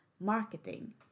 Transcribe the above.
marketing